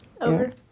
Over